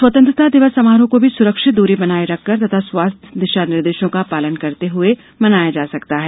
स्वतंत्रता दिवस समारोहों को भी सुरक्षित दूरी बनाए रखकर तथा स्वास्थ्य दिशा निर्देशों का पालन करते हुए मनाया जा सकता है